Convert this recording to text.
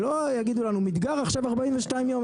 שלא יגידו לנו מדגר הוא 42 יום,